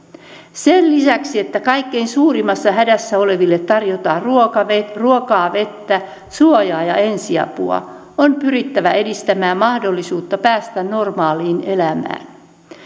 sen lisäksi että kaikkein suurimmassa hädässä oleville tarjotaan ruokaa vettä suojaa ja ensiapua on pyrittävä edistämään mahdollisuutta päästä normaaliin elämään